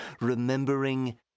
remembering